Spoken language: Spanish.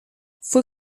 fue